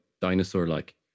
dinosaur-like